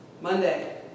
Monday